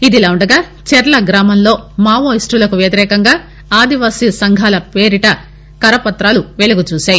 ఇదిలా ఉండగా చెర్ల గ్రామంలో మావోయిస్టులకు వ్యతిరేకంగా ఆదివాసీ సంఘాల పేరిన కరపతాలు వెలుగుచూశాయి